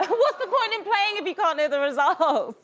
what's the point in playing if you can't hear the results? oh,